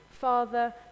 father